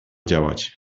działać